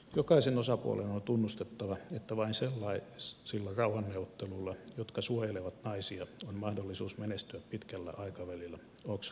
jokaisen osapuolen on tunnustettava että vain sellaisilla rauhanneuvotteluilla jotka suojelevat naisia on mahdollisuus menestyä pitkällä aikavälillä oxfam sanoi